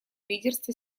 лидерстве